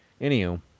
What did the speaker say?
Anywho